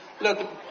Look